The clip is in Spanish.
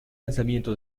lanzamiento